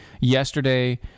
yesterday